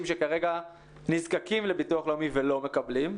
שכרגע נזקקים לביטוח לאומי ולא מקבלים,